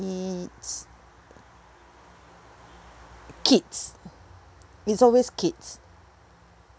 it's kids it's always kids